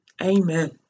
Amen